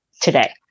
today